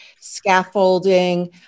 scaffolding